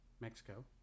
Mexico